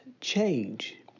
change